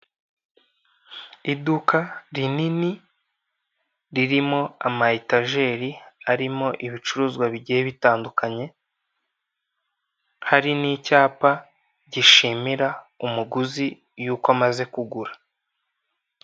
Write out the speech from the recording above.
Iduka rinini ririmo ama etajeri arimo ibicuruzwa bigiye bitandukanye, hari n'icyapa gishimira umuguzi yuko amaze kugura.